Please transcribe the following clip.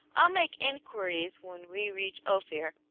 i'll make inquiries when we reach ophir,